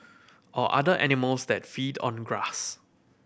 or other animals that feed on the grass